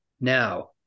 Now